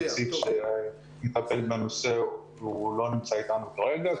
הנציג שיטפל בנושא לא נמצא אתנו כרגע.